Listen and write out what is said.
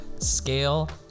scale